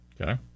Okay